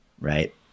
right